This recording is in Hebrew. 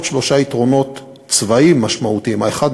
שלושה יתרונות צבאיים משמעותיים: האחד,